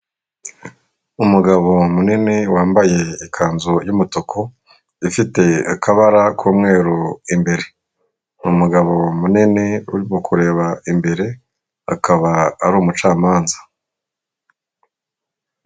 Umugabo munini wambaye ikanzu y'umutuku ifite akabara k'umweru imbere, umugabo munini urimo kureba imbere akaba ari umucamanza.